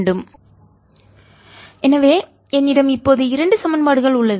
1≅tan 1yI∂x 2≅tan 2 yT∂x Net forceTyT∂x yI∂xT 1v2yT∂t1v1yT∂t எனவே என்னிடம் இப்போது இரண்டு சமன்பாடுகள் உள்ளது